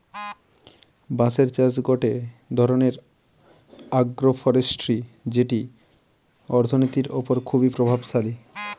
বাঁশের চাষ গটে ধরণের আগ্রোফরেষ্ট্রী যেটি অর্থনীতির ওপর খুবই প্রভাবশালী